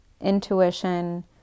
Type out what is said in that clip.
intuition